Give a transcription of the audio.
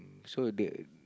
so the